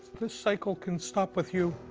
this cycle can stop with you.